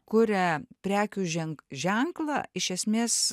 kuria prekių ženk ženklą iš esmės